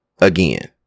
again